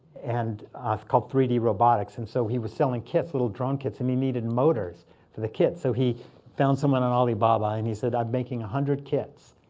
and called three d robotics. and so he was selling kits, little drone kits. and he needed motors for the kit. so he found someone on alibaba. and he said, i'm making one hundred kits.